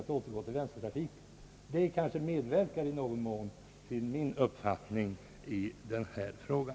Det kanske i någon mån inverkar på min uppfattning i den här frågan.